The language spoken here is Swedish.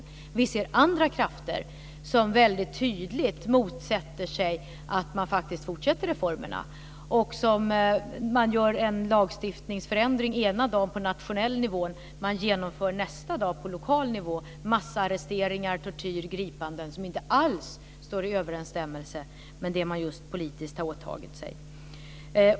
Å andra sidan ser vi andra krafter som väldigt tydligt motsätter sig att man faktiskt fortsätter reformerna, som gör en lagförändring ena dagen på nationell nivå och nästa dag genomför på lokal nivå massarresteringar, tortyr och gripanden som inte alls står i överensstämmelse med det som de just politiskt har åtagit sig.